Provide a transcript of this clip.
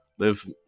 Live